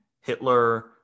Hitler